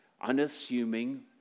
unassuming